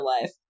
life